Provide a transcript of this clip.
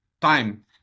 time